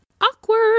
Awkward